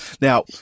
Now